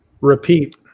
Repeat